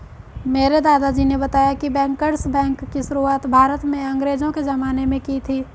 मेरे दादाजी ने बताया की बैंकर्स बैंक की शुरुआत भारत में अंग्रेज़ो के ज़माने में की थी